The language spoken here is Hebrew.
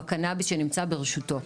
בקנביס שנמצא ברשותו.